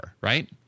right